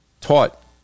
taught